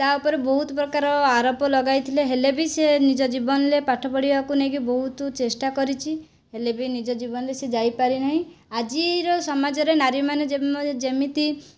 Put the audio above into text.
ତା' ଉପରେ ବହୁତ ପ୍ରକାର ଆରୋପ ଲଗାଇଥିଲେ ହେଲେ ବି ସେ ନିଜ ଜୀବନରେ ପାଠ ପଢ଼ିବାକୁ ନେଇକି ବହୁତ ଚେଷ୍ଟା କରିଛି ହେଲେ ବି ନିଜ ଜୀବନରେ ସେ ଯାଇପାରିନାହିଁ ଆଜିର ସମାଜରେ ନାରୀମାନେ ଯେମିତି